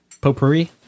Potpourri